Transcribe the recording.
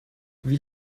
wie